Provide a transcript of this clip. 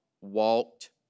walked